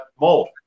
mold